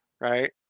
right